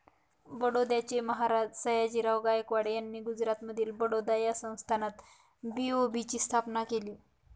बडोद्याचे महाराज सयाजीराव गायकवाड यांनी गुजरातमधील बडोदा या संस्थानात बी.ओ.बी ची स्थापना केली